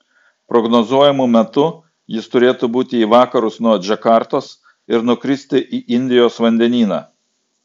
prognozuojamu metu jis turėtų būti į vakarus nuo džakartos ir nukristi į indijos vandenyną